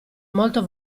molto